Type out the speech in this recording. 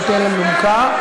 שטרם נומקה,